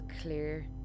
clear